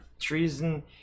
Treason